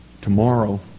tomorrow